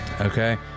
okay